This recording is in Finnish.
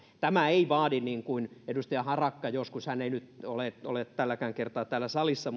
tämä ei vaadi niin kuin edustaja harakka joskus on tuonut esille hän ei nyt ole tälläkään kertaa täällä salissa